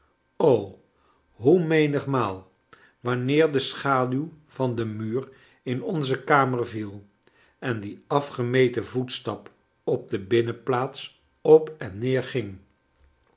o hoe menigmaal wanneer de schaduw van den muur in onze kamer viel en die afgemeten voetstap op de binnenplaats op en neer ging